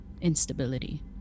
Instability